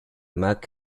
mac